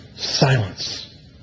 Silence